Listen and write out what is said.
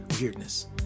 weirdness